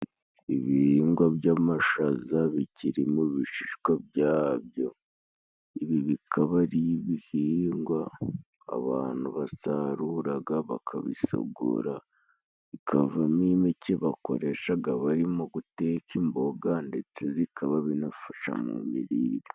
Ibihingwa by'amashaza bikiri mu bishishwa byabyo, ibi bikaba ari ibihingwa abantu basaruraga bakabisogora bikavamo impeke bakoreshaga barimo guteka imboga, ndetse bikaba binafasha mu mirire.